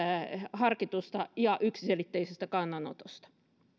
harkitusta ja yksiselitteisestä kannanotosta